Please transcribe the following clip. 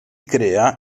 crea